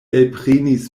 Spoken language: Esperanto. elprenis